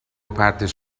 پرتش